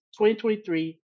2023